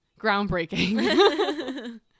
Groundbreaking